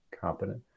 competent